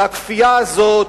והכפייה הזאת,